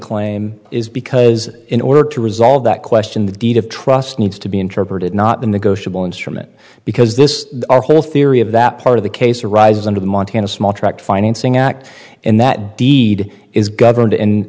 claim is because in order to resolve that question the deed of trust needs to be interpreted not the negotiable instrument because this whole theory of that part of the case arises under the montana small tract financing act and that deed is governed and